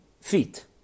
feet